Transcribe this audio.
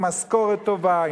עם משכורת טובה,